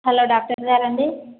hello డాక్టర్గారా అండి